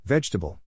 Vegetable